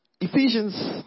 Ephesians